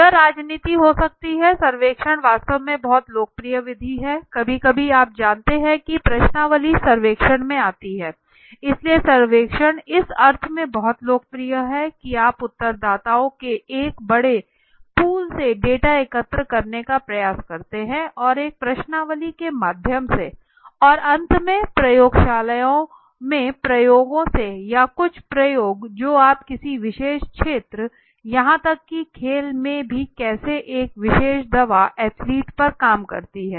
यह राजनीति हो सकती है सर्वेक्षण वास्तव में बहुत लोकप्रिय विधि है कभी कभी आप जानते हैं कि प्रश्नावली सर्वेक्षण में जाती है इसलिए सर्वेक्षण इस अर्थ में बहुत लोकप्रिय है कि आप उत्तरदाताओं के एक बड़े पूल से डेटा एकत्र करने का प्रयास करते हैं और एक प्रश्नावली के माध्यम से और अंत में प्रयोगशालाओं में प्रयोगों से या कुछ प्रयोग जो आप किसी विशेष क्षेत्र यहां तक कि खेल में कि कैसे एक विशेष दवा एथलीट पर काम करती है